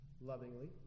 lovingly